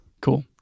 cool